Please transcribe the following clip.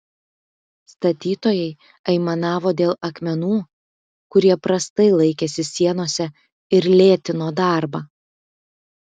statytojai aimanavo dėl akmenų kurie prastai laikėsi sienose ir lėtino darbą